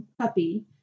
puppy